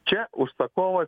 čia užsakovas